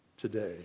today